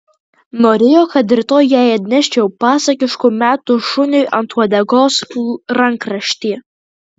norėjo kad rytoj jai atneščiau pasakiškų metų šuniui ant uodegos rankraštį